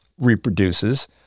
reproduces